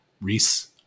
reese